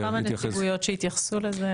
יש לנו פה כמה נציגויות שיתייחסו לזה.